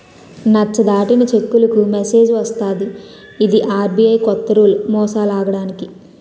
నచ్చ దాటిన చెక్కులకు మెసేజ్ వస్తది ఇది ఆర్.బి.ఐ కొత్త రూల్ మోసాలాగడానికి